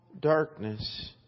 darkness